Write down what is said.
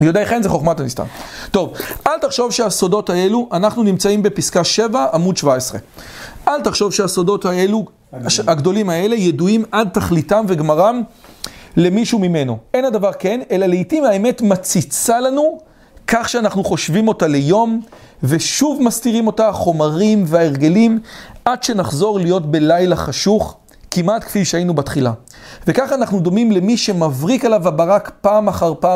יודעי ח"ן זה חוכמת הנסתר. טוב, אל תחשוב שהסודות האלו, אנחנו נמצאים בפסקה 7, עמוד 17. אל תחשוב שהסודות האלו, הגדולים האלה, ידועים עד תכליתם וגמרם למישהו ממנו. אין הדבר כן, אלא לעיתים האמת מציצה לנו כך שאנחנו חושבים אותה ליום ושוב מסתירים אותה החומרים וההרגלים עד שנחזור להיות בלילה חשוך כמעט כפי שהיינו בתחילה. וככה אנחנו דומים למי שמבריק עליו הברק פעם אחר פעם.